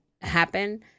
happen